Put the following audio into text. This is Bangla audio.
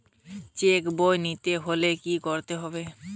চেক বই নিতে হলে কি করতে হবে?